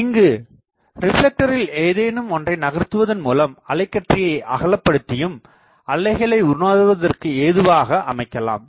இங்கு ரிப்லெக்டரில் ஏதேனும் ஒன்றை நகர்த்துவதன் மூலம் அலைக்கற்றையை அகலபடுத்தியும் அலைகளை உணர்வதற்க்கு ஏதுவாக அமைக்கலாம்